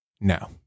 No